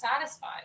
satisfied